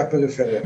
מהפריפריה.